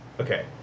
Okay